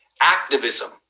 activism